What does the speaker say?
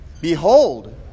Behold